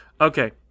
Okay